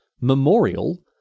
Memorial